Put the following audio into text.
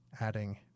adding